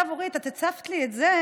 עכשיו, אורית, את הצפת לי את זה,